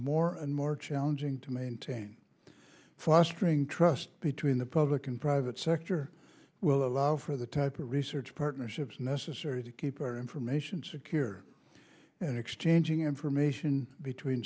more and more challenging to maintain fostering trust between the public and private sector will allow for the type of research partnerships necessary to keep our information secure and exchanging information between